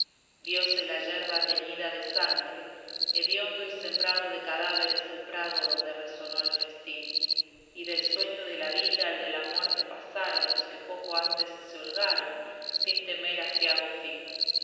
vióse la yerba teñida de sangre hediondo y sembrado de cadáveres el prado donde resonó el festín y del sueño de la vida al de la muerte pasaron los que poco antes holgaron sin tener aciago fin